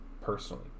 personally